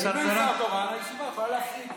אם אין שר תורן, הישיבה יכולה להיפסק.